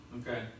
Okay